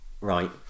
Right